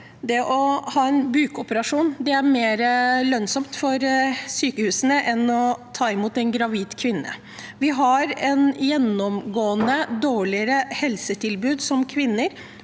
å ha en bukoperasjon er mer lønnsomt for sykehusene enn å ta imot en gravid kvinne. Vi har gjennomgående et dårligere helsetilbud for kvinner,